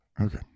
okay